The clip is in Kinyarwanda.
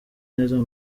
neza